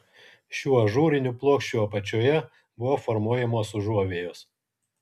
šių ažūrinių plokščių apačioje buvo formuojamos užuovėjos